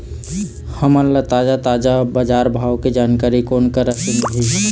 हमन ला ताजा ताजा बजार भाव के जानकारी कोन करा से मिलही?